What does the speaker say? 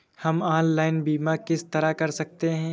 हम ऑनलाइन बीमा किस तरह कर सकते हैं?